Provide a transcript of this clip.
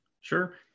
Sure